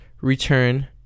return